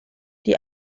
die